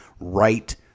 right